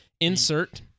insert